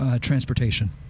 transportation